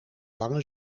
lange